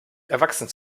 erwachsen